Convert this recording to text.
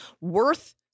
Worth